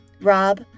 Rob